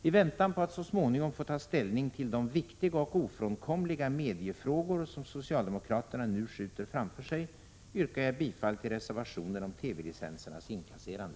I väntan på att så småningom få ta ställning till de viktiga och ofrånkomliga mediefrågor som socialdemokraterna nu skjuter framför sig yrkar jag bifall till reservationen om TV-licensernas inkasserande.